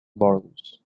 boroughs